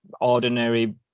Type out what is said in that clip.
ordinary